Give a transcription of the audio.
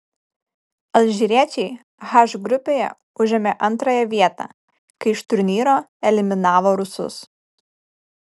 alžyriečiai h grupėje užėmė antrąją vietą kai iš turnyro eliminavo rusus